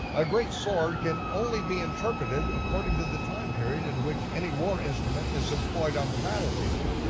a great sword can only be interpreted according to the time period in which any war instrument is employed on the battlefield.